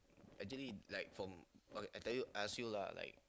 actually like from okay I tell you I ask you lah like